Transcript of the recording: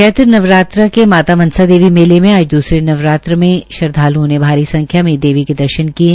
चैत्र नवरात्र के मनसा देवी मेले में आज दूसरे नवरात्र में श्रद्धाल्ओं ने भारी संख्या में देवी के दर्शन किये